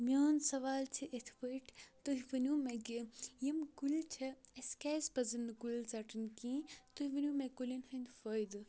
میوٚن سَوال چھُ اِتھ پٲٹھۍ تُہۍ ؤنِو مےٚ کہ یِم کُلۍ چھِ اَسہِ کیاز پَزَن نہٕ کُلۍ ژَٹٕنۍ کہینۍ تُہۍ ؤنِو مےٚ کُلیٚن ہُنٛد فٲیِدٕ